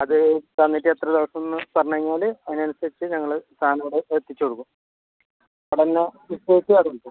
അത് തന്നിട്ട് എത്ര ദിവസം എന്ന് പറഞ്ഞുകഴിഞ്ഞാൽ അതിനനുസരിച്ച് ഞങ്ങൾ സാധനം ഇവിടെ എത്തിച്ച് കൊടുക്കും പടന്നെ കിട്ടിയേച്ച് അതുടുക്കും